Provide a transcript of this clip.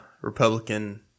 Republican